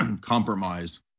compromise